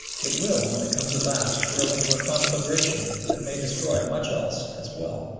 it will, when it comes at last, grow into a conflagration that may destroy much else as well.